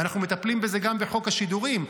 ואנחנו מטפלים בזה גם בחוק השידורים.